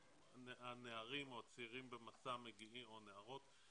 הנערים או הצעירים או הנערות ב'מסע'